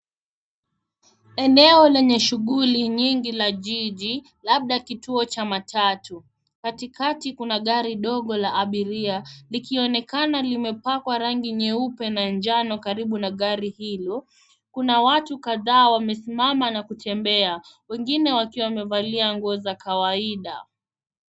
Eneo lenye shughuli nyingi la jiji, labda kituo cha matatu. Katikati kuna gari ndogo la abiria, likionekana limepakwa rangi nyeupe na njano. Karibu na gari hilo kuna watu kadhaa wamesimama na kutembea, wengine wakiwa wamevalia nguo za kawaida.